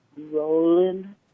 rolling